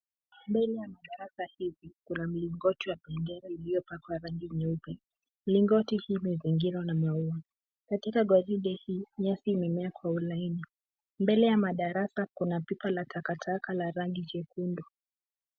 Mbele ya madarasa hizi. kuna mlingoti wa bendera iliyopakwa rangi nyeupe. Mlingoti hii imezingirwa na maua. Katia gwaride hii, nyasi imemea kwa ulaini. Mbele ya madarasa kuna pipa la takataka la rangi jekundu.